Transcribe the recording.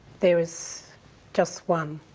there is just one.